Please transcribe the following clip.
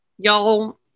Y'all